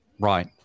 right